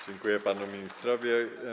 Dziękuję panu ministrowi.